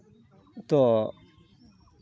ᱛᱚ